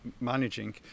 managing